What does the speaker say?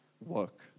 work